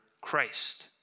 Christ